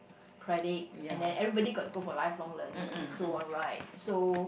credit and then everybody got go for lifelong learning and so on right so